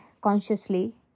consciously